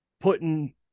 putting